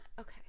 okay